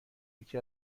یکی